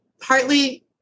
Partly